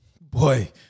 boy